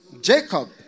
Jacob